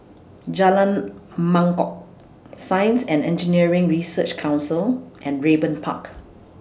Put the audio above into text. Jalan Mangkok Science and Engineering Research Council and Raeburn Park